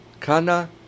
Kana